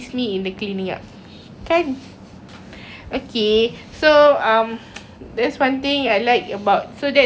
okay so um that's one thing I like about so that's all about my wedding and my marriage and my life so I'm very happy and I think that's about